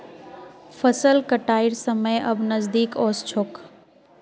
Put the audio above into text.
फसल कटाइर समय अब नजदीक ओस छोक